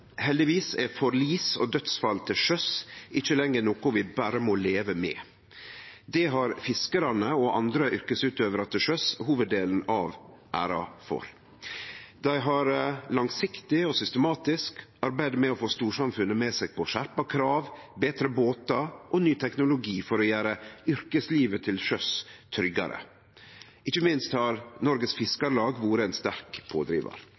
Heldigvis er forlis og dødsfall til sjøs ikkje lenger noko vi berre må leve med. Det har fiskarane og andre yrkesutøvarar til sjøs hovuddelen av æra for. Dei har langsiktig og systematisk arbeidd med å få storsamfunnet med seg på skjerpa krav, betre båtar og ny teknologi for å gjere yrkeslivet til sjøs tryggare. Ikkje minst har Norges Fiskarlag vore ein sterk pådrivar.